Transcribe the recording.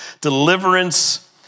Deliverance